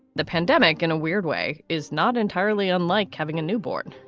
the pandemic, in a weird way, is not entirely unlike having a newborn.